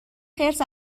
خرس